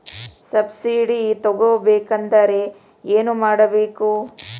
Subsidy ತಗೊಬೇಕಾದರೆ ಏನು ಮಾಡಬೇಕು?